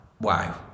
wow